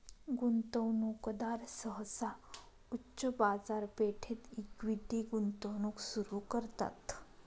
गुंतवणूकदार सहसा उच्च बाजारपेठेत इक्विटी गुंतवणूक सुरू करतात